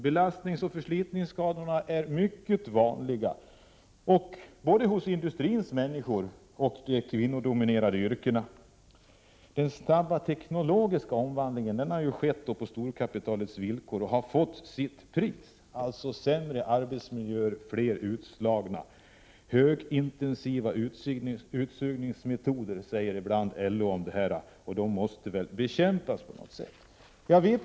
Belastningsoch förslitningsskadorna är mycket vanliga, både hos industrins människor och i de kvinnodominerade yrkena. Den snabba teknologiska omvandlingen har skett på storkapitalets villkor och har krävt sitt pris: sämre arbetsmiljö, fler utslagna. ”Högintensiva utsugningsmetoder”, kallar LO det ibland. De måste väl på något sätt bekämpas?